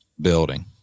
building